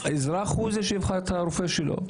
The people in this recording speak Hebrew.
והאזרח הוא זה שיבחר את הרופא שלו.